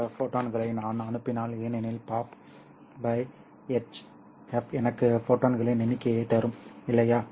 இந்த பல ஃபோட்டான்களை நான் அனுப்பினால் ஏனெனில் பாப் எச்எஃப் எனக்கு ஃபோட்டான்களின் எண்ணிக்கையைத் தரும் இல்லையா